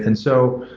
and so,